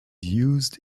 used